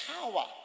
Power